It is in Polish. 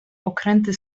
okręty